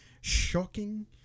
shocking